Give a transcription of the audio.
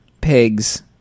Pigs